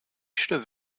should